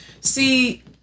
see